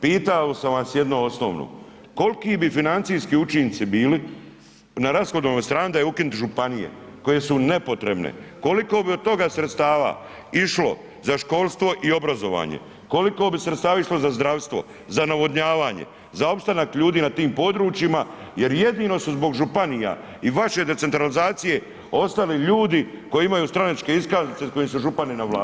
Pitao sam vas jednu osnovnu, koliki bi financijski učinci bili na rashodovnoj strani da je ukinuti županije, koje su nepotrebne, koliko bi od toga sredstava išlo za školstvo i obrazovanje, koliko bi sredstava išlo za zdravstvo, za navodnjavanje, za opstanak ljudi na tim područjima jer jedino su zbog županija i vaše decentralizacije ostali ljudi koji imaju stranačke iskaznice i kojima su župani na vlasti.